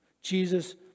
Jesus